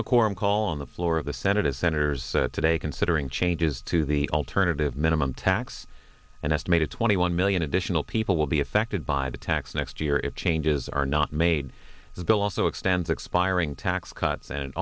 quorum call on the floor of the senate as senators today considering changes to the alternative minimum tax an estimated twenty one million additional people will be affected by the tax next year if changes are not made the bill also extends expiring tax cuts and